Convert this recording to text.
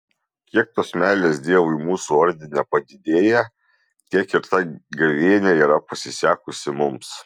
kiek tos meilės dievui mūsų ordine padidėja tiek ir ta gavėnia yra pasisekusi mums